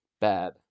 Bad